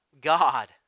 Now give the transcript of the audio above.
God